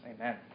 Amen